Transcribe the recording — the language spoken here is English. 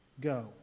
Go